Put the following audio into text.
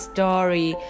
Story